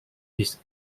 his